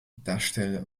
darsteller